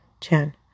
Chan